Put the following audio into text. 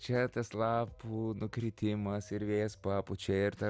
čia tas lapų nukritimas ir vėjas papučia ir ta